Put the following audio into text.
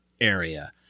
area